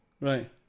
Right